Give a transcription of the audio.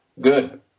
good